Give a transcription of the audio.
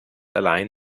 allein